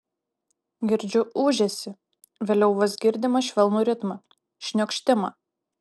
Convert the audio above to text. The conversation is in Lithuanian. girdžiu ūžesį vėliau vos girdimą švelnų ritmą šniokštimą